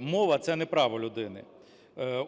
Мова – це не право людини.